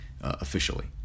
officially